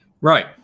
Right